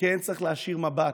וכן צריך להישיר מבט,